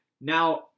Now